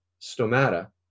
stomata